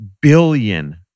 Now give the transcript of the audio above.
billion